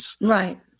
Right